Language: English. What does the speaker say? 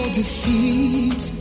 defeat